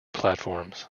platforms